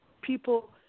people